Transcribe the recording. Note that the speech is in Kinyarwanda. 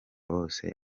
bose